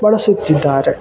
ಬಳಸುತ್ತಿದ್ದಾರೆ